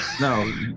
no